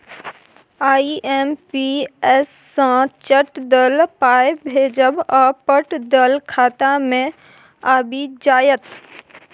IMPS सँ चट दअ पाय भेजब आ पट दअ खाता मे आबि जाएत